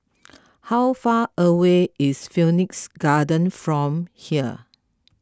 how far away is Phoenix Garden from here